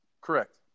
Correct